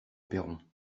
perron